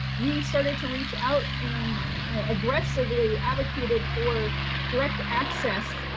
we started to reach out, and aggressively advocated for direct access,